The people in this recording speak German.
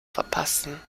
verpassen